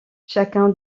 chacun